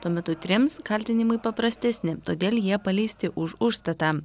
tuo metu trims kaltinimai paprastesni todėl jie paleisti už užstatą